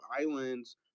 Islands